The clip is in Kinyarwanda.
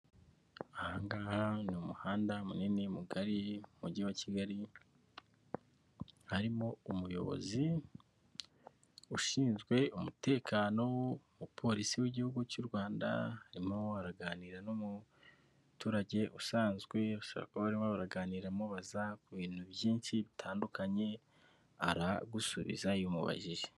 Ahangaha ni umuhanda munini mugari mu mujyi wa Kigali harimo umuyobozi ushinzwe umutekano, umupolisi w'igihugu cy'u Rwanda arimo araganira n'umuturage usanzwe, bashobora kuba barimo baraganira, amubaza ku bintu byinshi bitandukanye, aragusubiza iyo umubajije.